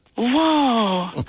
Whoa